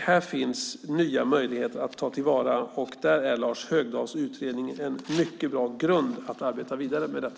Här finns nya möjligheter att ta till vara. Lars Högdahls utredning är en mycket bra grund för att arbeta vidare med detta.